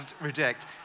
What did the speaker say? reject